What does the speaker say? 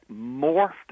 morphed